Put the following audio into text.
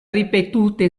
ripetute